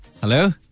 Hello